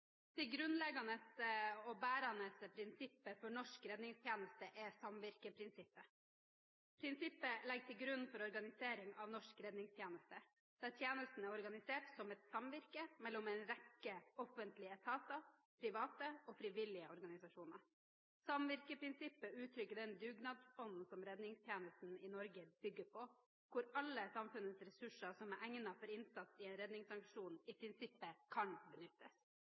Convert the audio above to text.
Det grunnleggende og bærende prinsippet for norsk redningstjeneste er samvirkeprinsippet. Prinsippet ligger til grunn for organisering av norsk redningstjeneste, der tjenesten er organisert som et samvirke mellom en rekke offentlige etater, private og frivillige organisasjoner. Samvirkeprinsippet uttrykker den dugnadsånden som redningstjenesten i Norge bygger på, hvor alle samfunnets ressurser som er egnet for innsats i en redningsaksjon, i prinsippet kan benyttes.